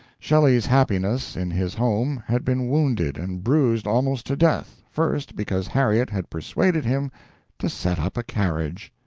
shelley's happiness in his home had been wounded and bruised almost to death, first, because harriet had persuaded him to set up a carriage.